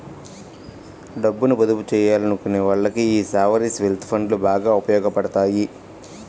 డబ్బుని పొదుపు చెయ్యాలనుకునే వాళ్ళకి యీ సావరీన్ వెల్త్ ఫండ్లు బాగా ఉపయోగాపడతాయి